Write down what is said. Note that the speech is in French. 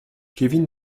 kevin